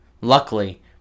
Luckily